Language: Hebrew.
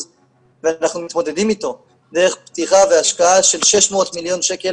ואנחנו מתמודדים איתו דרך פתיחה והשקעה של 600 מיטות